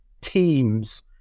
teams